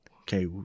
Okay